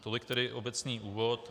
Tolik tedy obecný úvod.